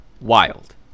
wild